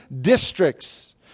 districts